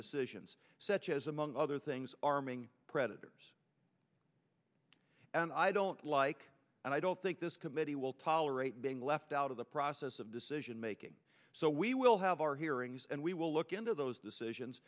decisions such as among other things arming predators and i don't like and i don't think this committee will tolerate being left out of the process of decision making so we will have our hearings and we will look into those decisions